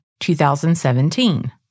2017